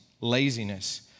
laziness